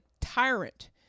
tyrant